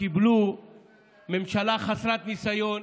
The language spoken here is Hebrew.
שקיבלו ממשלה חסרת ניסיון.